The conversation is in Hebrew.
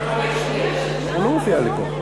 אני מוסיף אותך,